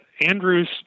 Andrews